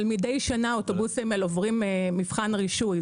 מדי שנה האוטובוסים האלה עוברים מבחן רישוי.